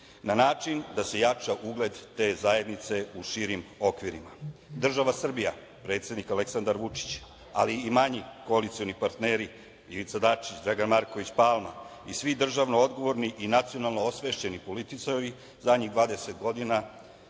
na način da se jača ugled te zajednice u širim okvirima. Država Srbija, predsednik Aleksandar Vučić, ali i manji koalicioni partneri, Ivica Dačić, Dragan Marković Palma, i svi državno odgovorni i nacionalno osvešćeni političari zadnjih 20 godina